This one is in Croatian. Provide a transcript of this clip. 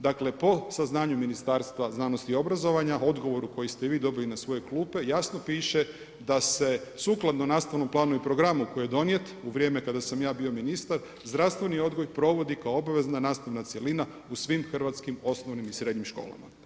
Dakle, po saznanju Ministarstva znanosti i obrazovanja odgovor koji ste vi dobili na svoje klupe jasno piše da se sukladno nastavnom planu i programu koji je donijet u vrijeme kada sam ja bio ministar zdravstveni odgoj provodi kao obavezna nastavna cjelina u svim hrvatskim osnovnim i srednjim školama.